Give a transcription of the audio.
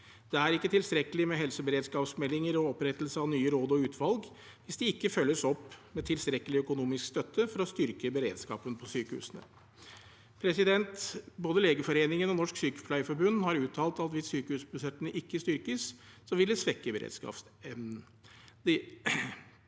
Det er ikke tilstrekkelig med helseberedskapsmeldinger og opprettelse av nye råd og utvalg hvis de ikke følges opp med tilstrekkelig økonomisk støtte for å styrke beredskapen på sykehusene. Både Legeforeningen og Norsk Sykepleierforbund har uttalt at hvis sykehusbudsjettene ikke styrkes, vil det svekke beredskapsevnen.